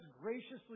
graciously